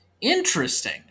Interesting